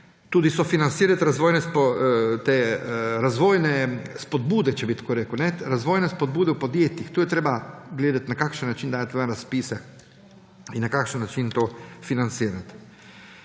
Tudi sofinancirati razvojne spodbude, če bi tako rekel, razvojne spodbude v podjetjih. Treba je gledati, na kakšen način dajati ven razpise in na kakšen način to financirati,